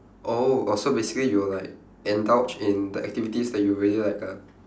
oh oh so basically you'll like indulge in the activities that you really like ah